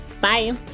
bye